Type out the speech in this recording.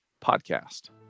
podcast